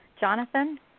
Jonathan